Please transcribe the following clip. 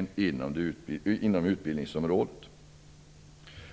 utvecklingen inom utbildningsområdet.